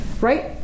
Right